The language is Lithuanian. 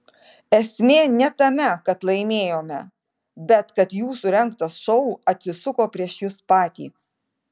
esmė ne tame kad laimėjome bet kad jūsų rengtas šou atsisuko prieš jus patį